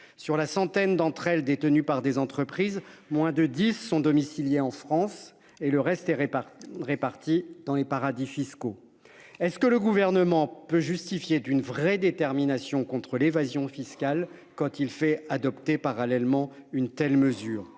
Sur la centaine d'entre elles tenues par des entreprises, moins de 10 sont domiciliés en France et le reste répare répartis dans les paradis fiscaux. Est ce que le gouvernement peut justifier d'une vraie détermination contre l'évasion fiscale quand il fait adopter parallèlement une telle mesure